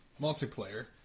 multiplayer